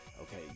Okay